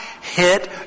hit